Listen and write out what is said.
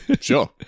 Sure